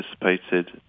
participated